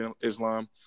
Islam